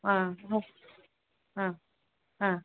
ಹಾಂ ಓ ಹಾಂ ಹಾಂ